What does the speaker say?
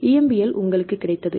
EMBL உங்களுக்கு கிடைத்தது